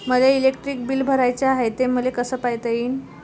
मले electric bill भराचं हाय, ते मले कस पायता येईन?